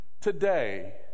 today